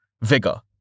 Vigor